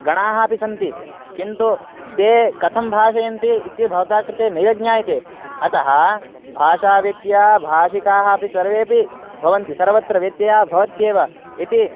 गणाः अपि सन्ति किन्तु ते कथं भाषयन्ति इति भवता कृते नैव ज्ञायते अतः भाषाव्यत्ययः भाषिकाः अपि सर्वेपि भवन्ति सर्वत्र व्यत्ययः भवत्येव इति